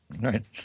Right